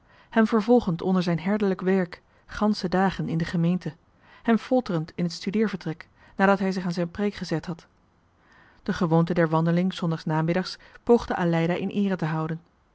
hem vervolgend onder zijn herderlijk werk gansche dagen in de gemeente hem folterend in het studeer vertrek nadat hij zich aan zijn preek gezet had de gewoonte der wandeling s zondags namiddags johan de meester de zonde in het deftige dorp poogde aleida in eere te houden